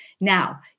Now